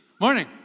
Morning